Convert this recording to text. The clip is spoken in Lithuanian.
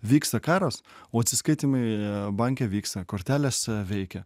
vyksta karas o atsiskaitymai banke vyksta kortelės veikia